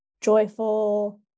joyful